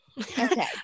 okay